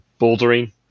bouldering